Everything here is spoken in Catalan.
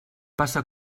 passa